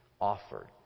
offered